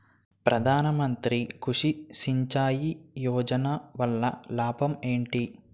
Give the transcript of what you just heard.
ప్రధాన మంత్రి కృషి సించాయి యోజన వల్ల లాభం ఏంటి?